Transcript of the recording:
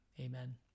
amen